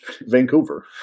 Vancouver